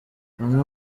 bamwe